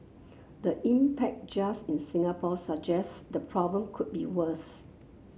the impact just in Singapore suggests the problem could be worse